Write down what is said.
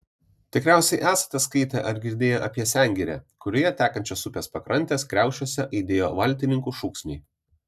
tikriausiai esate skaitę ar girdėję apie sengirę kurioje tekančios upės pakrantės kriaušiuose aidėjo valtininkų šūksniai